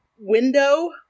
window